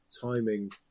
timing